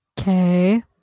Okay